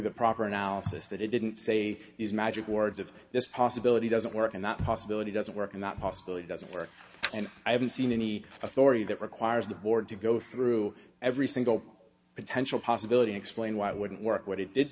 the proper analysis that it didn't say is magic words of this possibility doesn't work and that possibility doesn't work and that possibility doesn't work and i haven't seen any authority that requires the board to go through every single potential possibility explain why it wouldn't work what it did